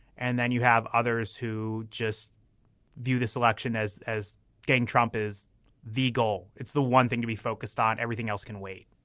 and then you have others who just view this election as as getting trump is the goal. it's the one thing to be focused on everything else can wait